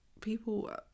people